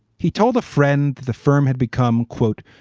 he told a friend the firm had become, quote,